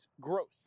growth